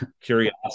Curiosity